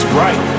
right